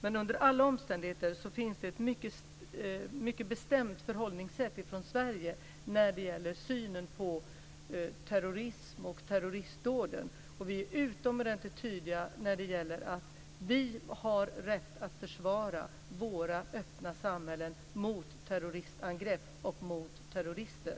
Men under alla omständigheter så finns det ett mycket bestämt förhållningssätt från Sverige när det gäller synen på terrorism och terroristdåden. Och vi är utomordentligt tydliga när det gäller att vi har rätt att försvara våra öppna samhällen mot terroristangrepp och mot terrorister.